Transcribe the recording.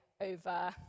over